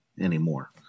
anymore